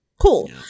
Cool